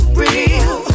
real